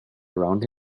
around